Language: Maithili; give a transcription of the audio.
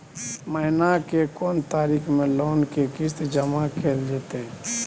महीना के कोन तारीख मे लोन के किस्त जमा कैल जेतै?